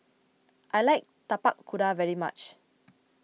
I like Tapak Kuda very much